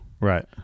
Right